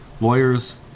lawyers